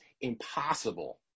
impossible